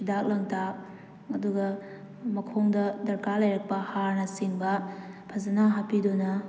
ꯍꯤꯗꯥꯛ ꯂꯥꯡꯊꯛ ꯑꯗꯨꯒ ꯃꯈꯣꯡꯗ ꯗꯔꯀꯥꯔ ꯂꯩꯔꯛꯄ ꯍꯥꯔꯅꯆꯤꯡꯕ ꯐꯖꯅ ꯍꯥꯞꯄꯤꯗꯨꯅ